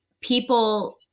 people